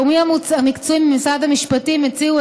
הגורמים המקצועיים במשרד המשפטים הציעו